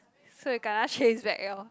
so we kena chased back lor